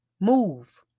Move